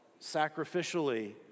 sacrificially